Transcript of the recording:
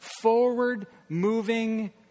forward-moving